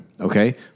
okay